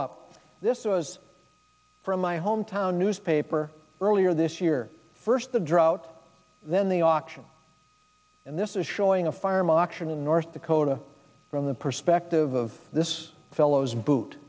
up this was from my hometown newspaper earlier this year first the drought then the auction and this is showing a fire moxon in north dakota from the perspective of this fellow's boot